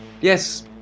Yes